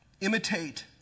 Imitate